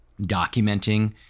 documenting